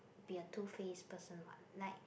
be a two face person what like